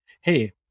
Hey